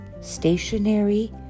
stationary